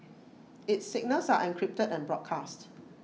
its signals are encrypted and broadcast